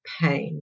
pain